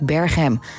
Berghem